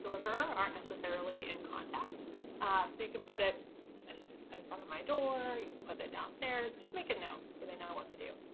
deliverer aren't necessarily in contact. so you can put it and in front of my door, you can put it it downstairs, just make a note so they know what to do.